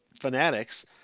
fanatics